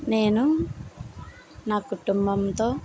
నేను నా కుటుంబంతో